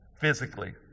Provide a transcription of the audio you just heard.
physically